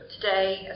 today